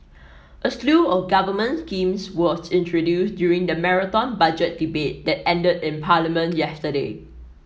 a slew of government schemes was introduced during the Marathon Budget Debate that ended in Parliament yesterday